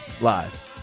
live